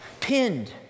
pinned